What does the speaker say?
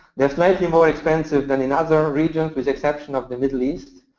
they're slightly more expensive than in other regions, with exception of the middle east,